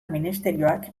ministerioak